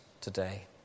today